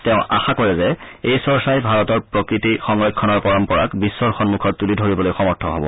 তেওঁ আশা কৰে যে এই চৰ্চাই ভাৰতৰ প্ৰকৃতি সংৰক্ষণৰ পৰম্পৰাক বিশ্বৰ সন্মুখত তুলি ধৰিবলৈ সমৰ্থ হব